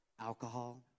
alcohol